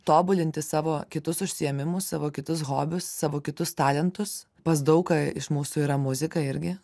tobulinti savo kitus užsiėmimus savo kitus hobius savo kitus talentus pas daug ką iš mūsų yra muzika irgi